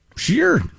Sure